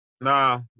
Nah